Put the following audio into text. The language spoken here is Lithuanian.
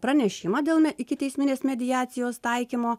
pranešimą dėl ikiteisminės mediacijos taikymo